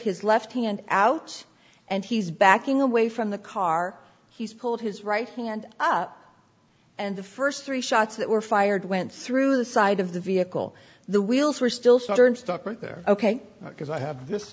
his left hand out and he's backing away from the car he's pulled his right hand up and the st three shots that were fired went through the side of the vehicle the wheels were still stuttering stop right there ok because i have this